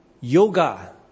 yoga